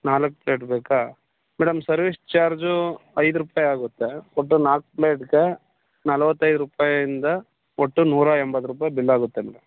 ನಾಲ್ಕು ಪ್ಲೇಟ್ ಬೇಕಾ madam service charge ಐದು ರೂಪಾಯಿ ಆಗುತ್ತೆ ಒಟ್ಟು ನಾಲ್ಕು ಪ್ಲೇಟ್ಗೆ ನಲ್ವತ್ತೈದು ರೂಪಾಯಿಂದ ಒಟ್ಟು ನೂರ ಎಂಬತ್ತು ರೂಪಾಯಿ ಬಿಲ್ಲಾಗುತ್ತೆ ಮೇಡಮ್